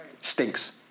Stinks